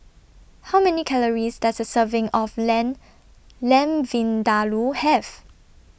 How Many Calories Does A Serving of Lamb Lamb Vindaloo Have